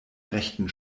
rechten